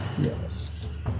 Yes